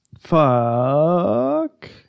Fuck